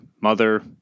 mother